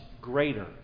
greater